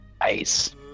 nice